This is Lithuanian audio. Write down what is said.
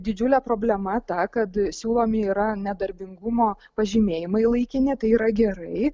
didžiulė problema ta kad siūlomi yra nedarbingumo pažymėjimai laikini tai yra gerai